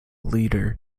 leader